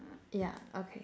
yeah okay